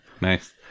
Nice